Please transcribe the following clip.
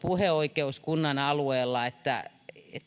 puheoikeus kunnan alueella eli kyllä